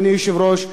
אדוני היושב-ראש,